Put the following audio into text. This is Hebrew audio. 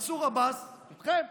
שמנסור עבאס איתכם,